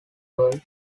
world